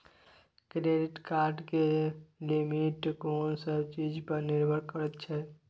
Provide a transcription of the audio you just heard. Credit card के limit कोन सब चीज पर निर्भर करै छै?